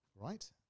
right